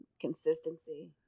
consistency